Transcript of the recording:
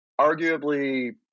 arguably